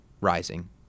rising